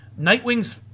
Nightwing's